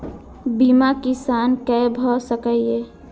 बीमा किसान कै भ सके ये?